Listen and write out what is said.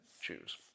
choose